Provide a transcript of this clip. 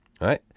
right